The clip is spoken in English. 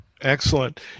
Excellent